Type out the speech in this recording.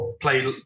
play